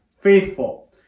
faithful